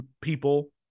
people